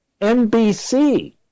NBC